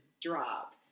drop